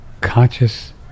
conscious